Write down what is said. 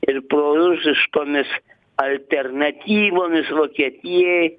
ir prorusiškomis alternatyvomis vokietijai